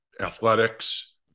athletics